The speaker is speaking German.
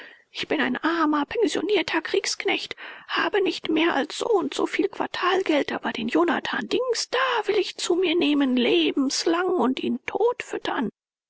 ich bin ein armer pensionierter kriegsknecht habe nicht mehr als so und so viel quartalgeld aber den jonathan dings da will ich zu mir nehmen lebenslang und ihn totfüttern